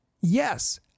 Yes